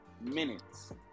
Minutes